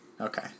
Okay